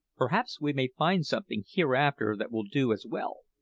perhaps we may find something hereafter that will do as well,